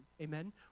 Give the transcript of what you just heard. Amen